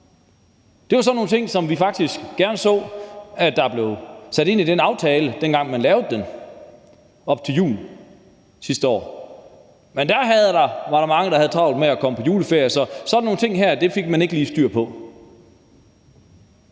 Det var sådan nogle ting, som vi faktisk gerne så at der blev sat ind i den aftale, dengang man lavede den op mod jul sidste år. Men dér var der mange, der havde travlt med at komme på juleferie, så sådan nogle ting her fik man ikke lige styr på.